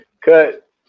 cut